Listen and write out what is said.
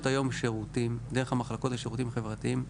היום שירותים דרך המחלקות והשירותים החברתיים,